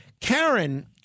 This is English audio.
Karen